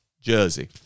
jersey